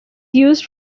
used